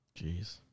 Jeez